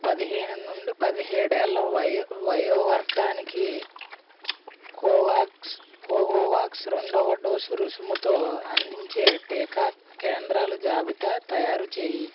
పదిహేను నుండి పదిహేడు ఏళ్ళ వయో వయో వర్గానికి కోవాక్స్ కోవోవాక్స్ రెండవ డోసు రుసుముతో అందించే టీకా కేంద్రాలు జాబితా తయారు చేయి